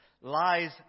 lies